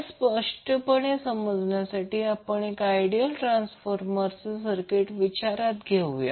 हे स्पष्टपणे समजण्यासाठी आपण एक आयडियल ट्रांसफार्मरचे सर्किट विचारात घेऊया